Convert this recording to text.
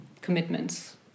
commitments